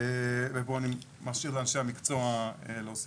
ופה אני משאיר לאנשי המקצוע להוסיף.